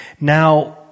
Now